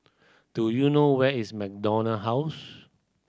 do you know where is MacDonald House